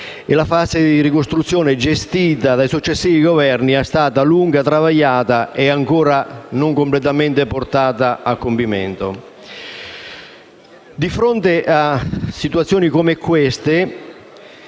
e la fase di ricostruzione gestita dai successivi Governi è stata lunga, travagliata e ancora non completamente portata a compimento. Di fronte a situazioni come queste,